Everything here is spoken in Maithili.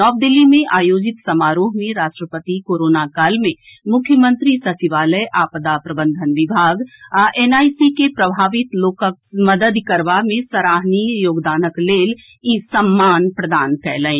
नव दिल्ली मे आयोजित समारोह मे राष्ट्रपति कोरोना काल मे मुख्यमंत्री सचिवालय आपदा प्रबंधन विभाग आ एनआईसी के प्रभावित लोक सभक मददि करबा मे सराहनीय योगदानक लेल ई सम्मान प्रदान कयलनि